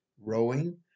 rowing